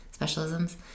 specialisms